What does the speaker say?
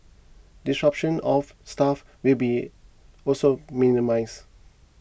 disruption of staff will be also minimised